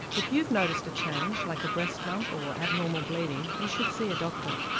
if you've noticed a change, like a breast lump or abnormal bleeding, you should see a doctor.